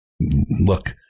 look